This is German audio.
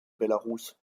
belarus